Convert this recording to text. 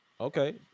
okay